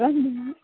राम्रो